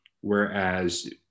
whereas